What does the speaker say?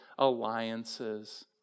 alliances